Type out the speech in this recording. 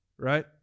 Right